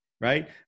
right